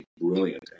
brilliant